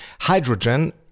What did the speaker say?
hydrogen